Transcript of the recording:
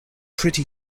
pretty